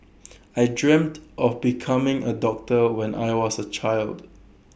I dreamt of becoming A doctor when I was A child